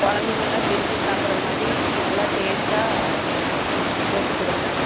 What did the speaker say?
குழந்தைங்கள்லாம் விரும்பி சாப்புடற மாதிரி நல்லா டேஸ்டாக போட்டுக் கொடுங்க